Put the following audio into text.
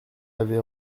avait